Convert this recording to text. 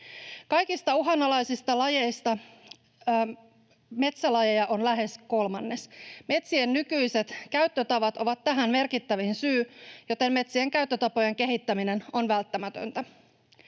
Kaikista uhanalaisista lajeista metsälajeja on lähes kolmannes. Metsien nykyiset käyttötavat ovat tähän merkittävin syy, joten metsien käyttötapojen kehittäminen on välttämätöntä.